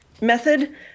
method